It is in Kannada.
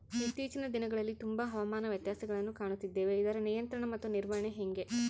ಇತ್ತೇಚಿನ ದಿನಗಳಲ್ಲಿ ತುಂಬಾ ಹವಾಮಾನ ವ್ಯತ್ಯಾಸಗಳನ್ನು ಕಾಣುತ್ತಿದ್ದೇವೆ ಇದರ ನಿಯಂತ್ರಣ ಮತ್ತು ನಿರ್ವಹಣೆ ಹೆಂಗೆ?